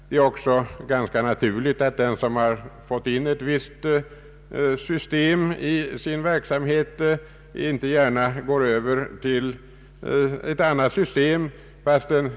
Det är också ganska naturligt att den som fått in ett visst system i sin verksamhet inte gärna går över till ett annat.